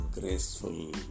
graceful